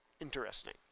interesting